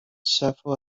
ŝafo